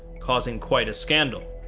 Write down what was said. causing quite a scandal.